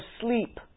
sleep